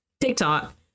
tiktok